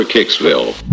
Kicksville